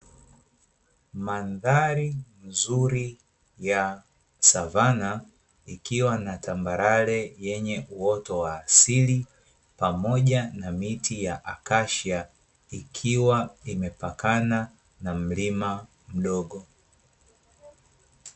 Mandhari nzuri ya savana, ikiwa na tambarare yenye uoto wa asili, pamoja na miti ya akashia, ikiwa imepakana na mlima mdogo.